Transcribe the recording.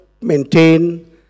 maintain